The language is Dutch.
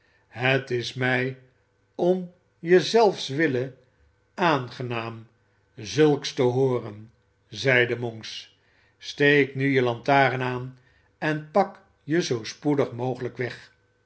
het is mij om je zelfswille aangenaam zulks te hooren zeide monks steek nu je lantaren aan en pak je zoo spoedig mogelijk weg